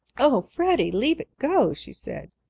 oh, freddie, leave it go! she said.